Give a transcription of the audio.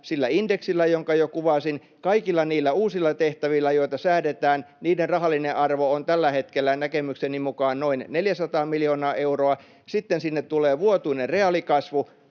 sillä indeksillä, jonka jo kuvasin, ja kaikilla niillä uusilla tehtävillä, joita säädetään. Niiden rahallinen arvo on tällä hetkellä näkemykseni mukaan noin 400 miljoonaa euroa. Sitten sinne tulee vuotuinen reaalikasvu.